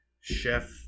Chef